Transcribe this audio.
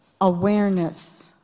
awareness